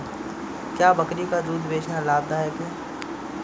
क्या बकरी का दूध बेचना लाभदायक है?